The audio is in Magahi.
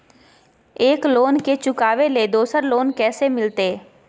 एक लोन के चुकाबे ले दोसर लोन कैसे मिलते?